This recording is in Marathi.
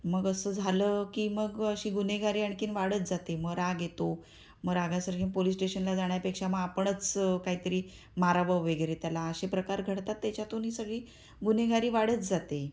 मग असं झालं की मग अशी गुन्हेगारी आणखीन वाढत जाते मग राग येतो मग रागासारखी पोलिस स्टेशनला जाण्यापेक्षा मग आपणच काहीतरी मारावं वगैरे त्याला असे प्रकार घडतात त्याच्यातूनही सगळी गुन्हेगारी वाढत जाते